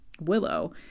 Willow